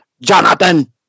jonathan